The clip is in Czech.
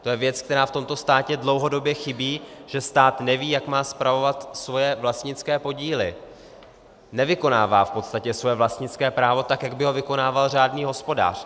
To je věc, která v tomto státě dlouhodobě chybí, že stát neví, jak má spravovat svoje vlastnické podíly, nevykonává v podstatě svoje vlastnické právo tak, jak by ho vykonával řádný hospodář.